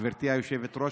גברתי היושבת-ראש,